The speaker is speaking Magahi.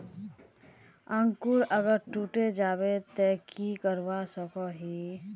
अंकूर अगर टूटे जाबे ते की करवा सकोहो ही?